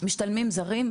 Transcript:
משתלמים זרים,